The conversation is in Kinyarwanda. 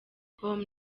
com